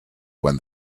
when